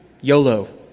YOLO